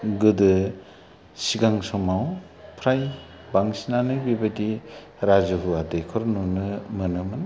गोदो सिगां समाव फ्राय बांसिनानो बेबादि राजु गुवा दैख'र नुनो मोनोमोन